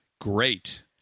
Great